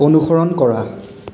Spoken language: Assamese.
অনুসৰণ কৰা